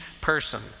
person